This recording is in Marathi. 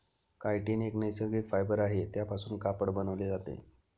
कायटीन एक नैसर्गिक फायबर आहे त्यापासून कापड बनवले जाते